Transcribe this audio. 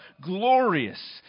glorious